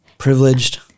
Privileged